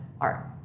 art